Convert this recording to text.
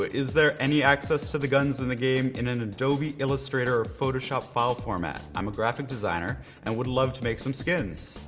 ah is there any access to the guns in the game in an adobe illustrator or photoshop file format? i'm a graphic designer and would love to make some skins.